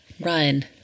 run